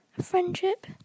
friendship